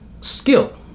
skill